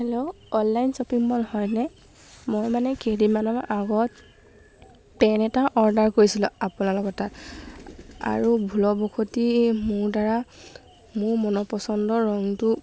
hello online shopping mall হয়নে মই মানে কেইদিনমানৰ আগত পেণ্ট এটা অৰ্ডাৰ কৰিছিলোঁ আপোনালোকৰ তাত আৰু ভুলবসতি মোৰ দ্বাৰা মোৰ মন পচন্দৰ ৰংটো